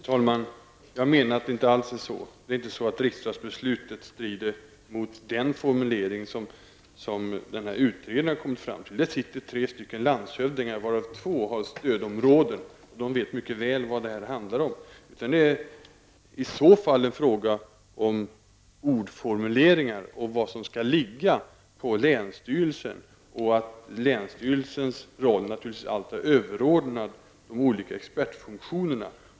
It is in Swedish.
Herr talman! Jag menar att det inte alls är så att riksdagsbeslutet strider mot den formulering som den här utredningen har kommit fram till. Det sitter tre landshövdingar i den, varav två har stödområden, och de vet mycket väl vad detta handlar om. I så fall är det en fråga om ordformuleringar och vad som skall ligga på länsstyrelsen och att länsstyrelsens roll naturligtvis är överordnad de olika expertfunktionerna.